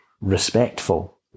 respectful